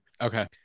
Okay